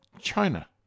China